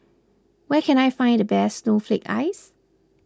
where can I find the best Snowflake Ice